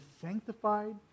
sanctified